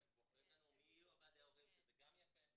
הם בוחרים לנו מי יהיו ועדי ההורים, שגם זה יפה.